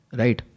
right